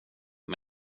men